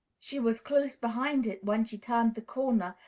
she was close behind it when she turned the corner,